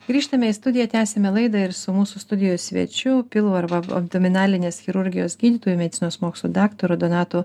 grįžtame į studiją tęsiame laidą ir su mūsų studijos svečių pilvo arba abdominalinės chirurgijos gydytoju medicinos mokslų daktaru donatu